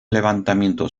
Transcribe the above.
levantamiento